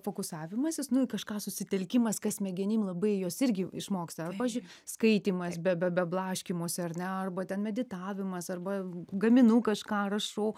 fokusavimasis nu į kažką susitelkimas kas smegenim labai jos irgi išmoksta pavyzdžiui skaitymas be be blaškymosi ar ne arba ten meditavimas arba gaminu kažką rašau